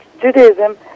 Judaism